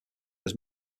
was